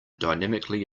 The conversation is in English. dynamically